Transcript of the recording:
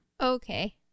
Okay